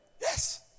Yes